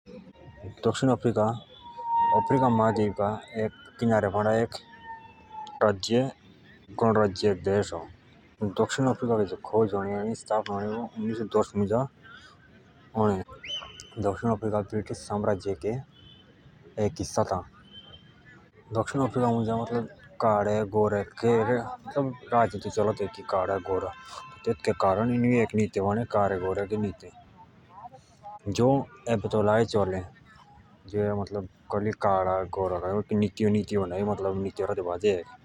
दक्षिण Africa Africa महाद्वीप का एक किनारे वाडा एक गणराज्य देश अ l दक्षिण अफ्रीका के खोज उनिस स दश मुझ अणे दक्षिण अफ्रीका ब्रिटिश साम्राज्य का एक हिस्सा था l दक्षिण अफ्रीका मुंझ आमारे काड़े _गोरे की राजनीति चलोती हेतु के कारण ईनुइ एक निते बाणे काडे_ गोरे के निते जो एबे तक लागे चले।